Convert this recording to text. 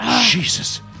Jesus